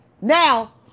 Now